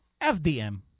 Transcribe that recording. FDM